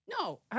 No